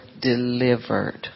delivered